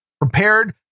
prepared